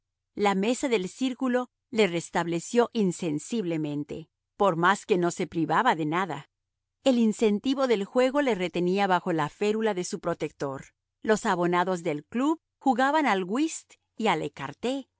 la mesa del círculo le restableció insensiblemente por más que no se privaba de nada el incentivo del juego le retenía bajo la férula de su protector los abonados del club jugaban al whist y